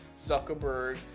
zuckerberg